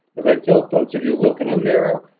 as i tell folks, if you look in a mirror,